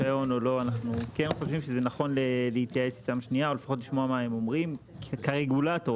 הרישיון מתוקן בהתאם ולא צריך עכשיו לפנות לרגולטור